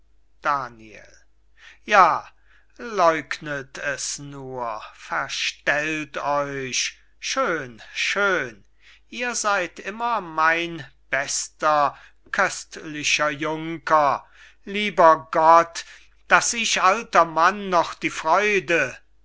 daniel ja läugnet es nur verstellt euch schön schön ihr seyd immer mein bester köstlicher junker lieber gott daß ich alter mann noch die freude